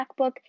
MacBook